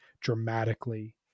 dramatically